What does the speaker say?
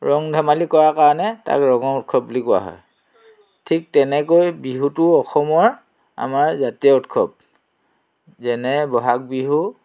ৰং ধেমালি কৰাৰ কাৰণে তাক ৰঙৰ উৎসৱ বুলি কোৱা হয় ঠিক তেনেকৈ বিহুটো অসমৰ আমাৰ জাতীয় উৎসৱ যেনে ব'হাগ বিহু